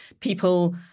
people